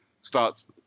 starts